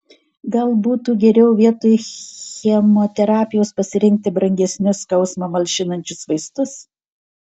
gal būtų geriau vietoj chemoterapijos pasirinkti brangesnius skausmą malšinančius vaistus